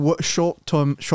short-term